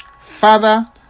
Father